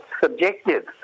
subjective